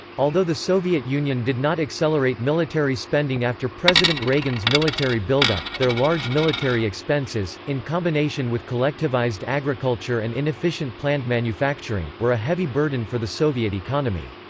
although the soviet union did not accelerate military spending after president reagan's military buildup, their large military expenses, in combination with collectivized agriculture and inefficient planned manufacturing, were a heavy burden for the soviet economy.